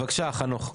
בבקשה חנוך,